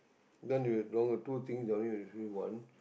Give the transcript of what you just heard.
done with the two things down here there's only one